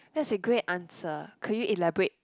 that's a great answer could you elaborate